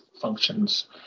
functions